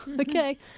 Okay